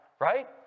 right